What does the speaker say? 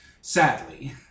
Sadly